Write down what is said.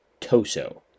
Toso